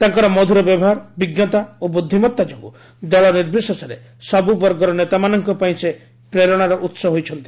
ତାଙ୍କର ମଧୁର ବ୍ୟବହାର ବିଜ୍ଞତା ଓ ବୁଦ୍ଧିମତ୍ତା ଯୋଗୁଁ ଦଳ ନିର୍ବଶେଷରେ ସବୁବର୍ଗର ନେତାମାନଙ୍କପାଇଁ ସେ ପ୍ରେରଣାର ଉତ୍ସ ହୋଇଛନ୍ତି